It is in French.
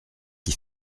qui